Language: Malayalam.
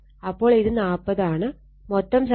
അപ്പോൾ ഇത് 40 ആണ് മൊത്തം സർക്യൂട്ടിന്റെ Q 40 ആണ്